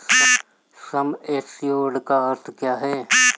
सम assured का क्या अर्थ है?